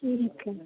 ठीक है